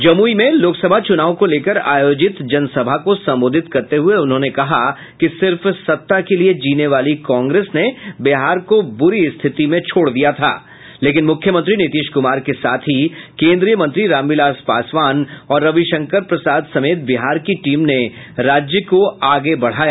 जमुई में लोकसभा चुनाव को लेकर आयोजित जनसभा को संबोधित करते हुये उन्होंने कहा कि सिर्फ सत्ता के लिये जीने वाली कांग्रेस ने बिहार को बूरी स्थिति में छोड़ दिया था लेकिन मुख्यमंत्री नीतीश कुमार के साथ ही केंद्रीय मंत्री रामविलास पासवान और रविशंकर प्रसाद समेत बिहार की टीम ने राज्य को आगे बढ़ाया